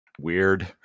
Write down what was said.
weird